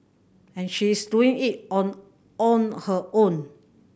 and she is doing it on on her own